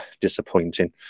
disappointing